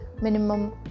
minimum